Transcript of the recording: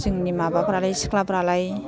जोंनि माबाफ्रालाय सिख्लाफ्रालाय